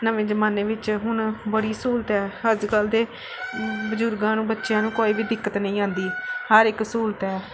ਨਵੇਂ ਜ਼ਮਾਨੇ ਵਿੱਚ ਹੁਣ ਬੜੀ ਸਹੂਲਤ ਹੈ ਅੱਜ ਕੱਲ੍ਹ ਦੇ ਬਜ਼ੁਰਗਾਂ ਨੂੰ ਬੱਚਿਆਂ ਨੂੰ ਕੋਈ ਵੀ ਦਿੱਕਤ ਨਹੀਂ ਆਉਂਦੀ ਹਰ ਇੱਕ ਸਹੂਲਤ ਹੈ